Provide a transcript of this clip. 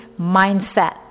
mindset